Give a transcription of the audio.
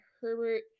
Herbert